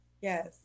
Yes